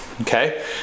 okay